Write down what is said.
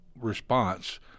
response